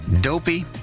Dopey